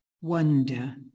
wonder